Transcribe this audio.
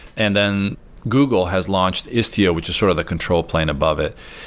and then google has launched istio, which is sort of the control plane above it.